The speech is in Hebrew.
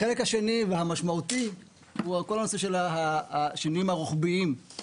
החלק השני והמשמעותי הוא כל הנושא של השינויים הרוחביים,